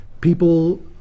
people